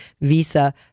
visa